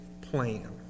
plan